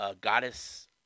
Goddess